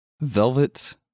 velvet